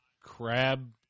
crab